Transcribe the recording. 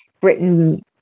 Britain